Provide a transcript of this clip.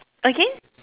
again